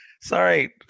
Sorry